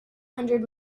hundred